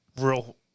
real